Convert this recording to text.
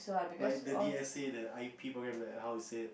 like the D_S_A the I_P program that how you say it